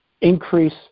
increase